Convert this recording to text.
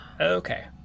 Okay